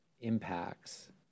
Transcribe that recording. impacts